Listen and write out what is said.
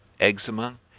eczema